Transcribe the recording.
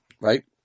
right